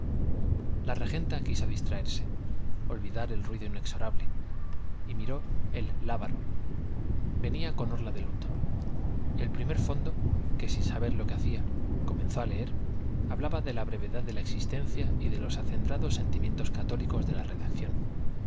la regenta quiso distraerse olvidar el ruido inexorable y miró el lábaro venía con orla de luto el primer fondo que sin saber lo que hacía comenzó a leer hablaba de la brevedad de la existencia y de los acendrados sentimientos católicos de la redacción